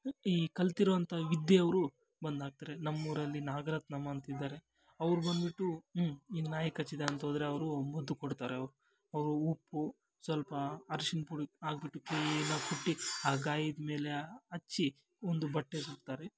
ಈ ಕಲ್ತಿರೋ ಅಂಥ ವಿದ್ಯೆಯವರು ಬಂದಾಕ್ತಾರೆ ನಮ್ಮ ಊರಲ್ಲಿ ನಾಗರತ್ನಮ್ಮ ಅಂತಿದ್ದಾರೆ ಅವ್ರು ಬನ್ಬಿಟ್ಟು ಹ್ಞೂ ಹಿಂಗ್ ನಾಯಿ ಕಚ್ಚಿದೆ ಅಂತೋದ್ರೆ ಅವರು ಮದ್ದು ಕೊಡ್ತಾರೆ ಅವರು ಉಪ್ಪು ಸ್ವಲ್ಪ ಅರ್ಶಿನ ಪುಡಿ ಹಾಕ್ಬಿಟ್ಟು ಕ್ಲೀನಾಗಿ ಕುಟ್ಟಿ ಆ ಗಾಯದ್ಮೇಲೆ ಹಚ್ಚಿ ಒಂದು ಬಟ್ಟೆ ಸುತ್ತಾರೆ